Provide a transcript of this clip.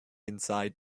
inside